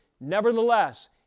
Nevertheless